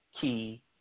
key